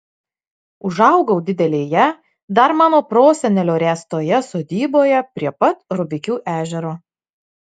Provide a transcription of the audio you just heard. užaugau didelėje dar mano prosenelio ręstoje sodyboje prie pat rubikių ežero